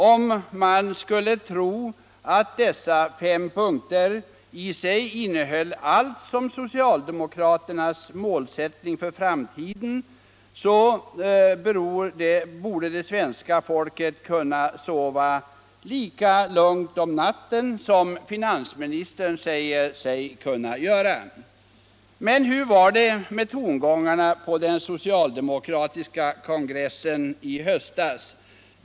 Om man skulle tro att dessa fem punkter i sig innehöll allt som är socialdemokraternas målsättning för framtiden, borde svenska folket kunna sova lika lugnt om natten som finansministern säger sig göra. Men hur var tongångarna på socialdemokraternas kongress i höstas?